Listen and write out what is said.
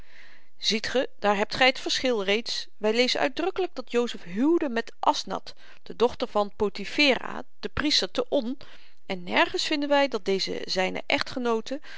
ziet ge daar hebt gy t verschil reeds wy lezen uitdrukkelyk dat jozef huwde met asnath de dochter van potifera den priester te on en nergens vinden wy dat deze zyne